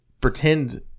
pretend